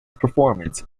performances